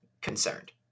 concerned